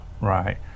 right